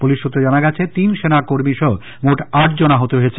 police সূত্রে জানা গেছে তিন সেনা কর্মী সহ মোট আট জন আহত হয়েছেন